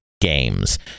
games